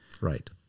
right